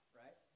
right